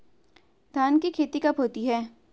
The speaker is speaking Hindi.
धान की खेती कब होती है?